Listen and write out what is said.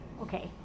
Okay